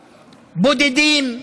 בודדים.